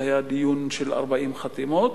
זה היה דיון בעקבות 40 חתימות,